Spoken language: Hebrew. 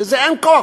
לזה אין כוח,